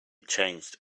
changed